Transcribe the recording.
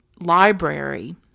library